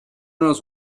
knows